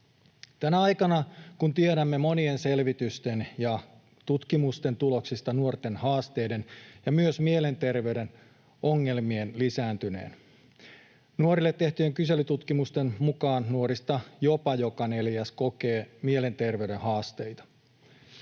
tänä aikana, kun tiedämme monien selvitysten ja tutkimusten tuloksista nuorten haasteiden ja myös mielenterveyden ongelmien lisääntyneen. Nuorille tehtyjen kyselytutkimusten mukaan nuorista jopa joka neljäs kokee mielenterveyden haasteita.